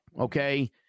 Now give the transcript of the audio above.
Okay